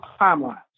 timeline